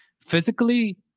physically